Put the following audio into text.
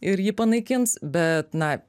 ir jį panaikins bet na